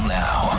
now